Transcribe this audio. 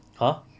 !huh!